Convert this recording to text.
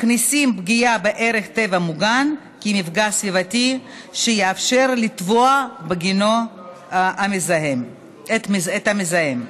מכניסים פגיעה בערך טבע מוגן כמפגע סביבתי שאפשר לתבוע בגינו את המזהם.